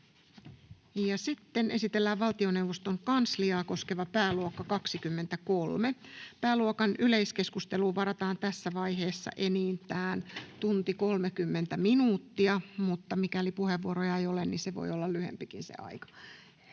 Content: Esitellään valtioneuvoston kansliaa koskeva pääluokka 23. Pääluokan yleiskeskusteluun varataan tässä vaiheessa enintään tunti 30 minuuttia, mutta mikäli puheenvuoroja ei ole, niin se aika voi olla lyhyempikin.